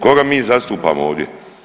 Koga mi zastupamo ovdje?